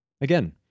Again